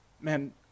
Man